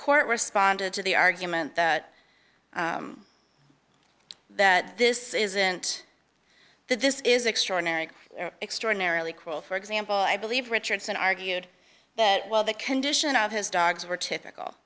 court responded to the argument that this isn't that this is extraordinary extraordinarily cool for example i believe richardson argued that well the condition of his dogs were typical